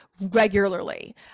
regularly